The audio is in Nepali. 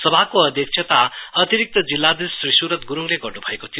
सभाको अध्यक्षता अतिरिक्त जिल्लाधीश श्री सुरत गुरुङले गर्नुभएको थियो